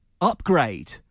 upgrade